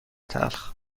تلخ